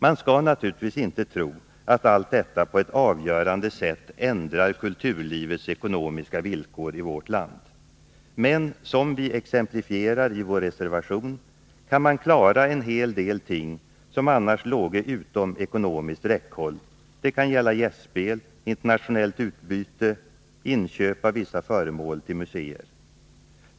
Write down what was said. Man skall naturligtvis inte tro att allt detta på ett avgörande sätt ändrar kulturlivets ekonomiska villkor i vårt land. Men, som vi exemplifierar i vår reservation, man kan klara en hel del ting, som annars låge utom ekonomiskt räckhåll: Det kan gälla gästspel, internationellt utbyte och inköp av vissa föremål till museer.